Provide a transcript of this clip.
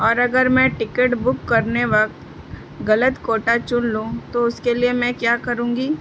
اور اگر میں ٹکٹ بک کرنے وقت غلط کوٹا چن لوں تو اس کے لیے میں کیا کروں گی